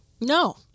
no